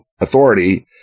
authority